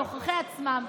בתוככי עצמם,